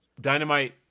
Dynamite